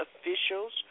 officials